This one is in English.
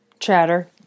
Chatter